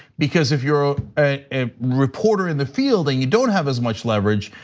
because if you're a reporter in the field and you don't have as much leverage,